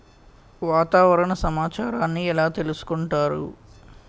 వాతావరణ సమాచారాన్ని ఎలా తెలుసుకుంటారు?